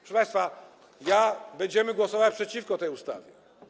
Proszę państwa, będziemy głosować przeciwko tej ustawie.